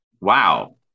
wow